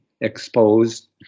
exposed